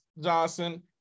Johnson